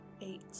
eight